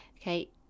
Okay